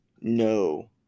No